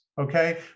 Okay